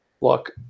look